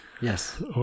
yes